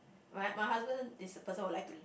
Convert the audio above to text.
my my husband is a person who like to